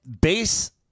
base